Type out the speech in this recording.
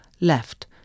left